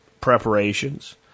preparations